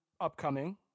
upcoming